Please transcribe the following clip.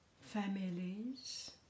families